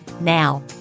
Now